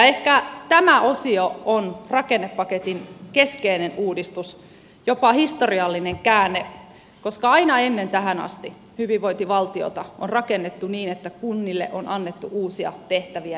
ehkä tämä osio on rakennepaketin keskeinen uudistus jopa historiallinen käänne koska aina ennen tähän asti hyvinvointivaltiota on rakennettu niin että kunnille on annettu uusia tehtäviä ja velvoitteita